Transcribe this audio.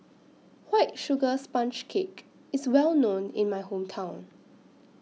White Sugar Sponge Cake IS Well known in My Hometown